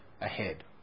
ahead